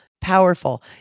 powerful